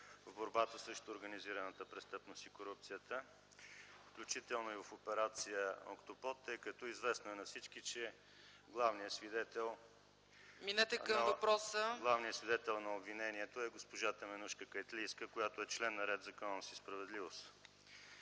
в борбата срещу организираната престъпност и корупцията, включително и в операция „Октопод”, тъй като е известно на всички, че главният свидетел на обвинението е госпожа Теменужка Кайлитска, която е член на „Ред, законност и справедливост”.